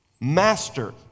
master